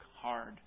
hard